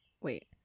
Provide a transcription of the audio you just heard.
wait